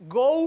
go